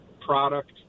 product